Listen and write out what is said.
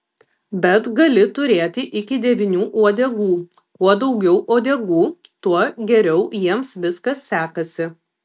bet gali turėti iki devynių uodegų kuo daugiau uodegų tuo geriau jiems viskas sekasi